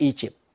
Egypt